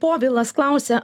povilas klausia